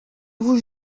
vous